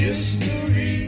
History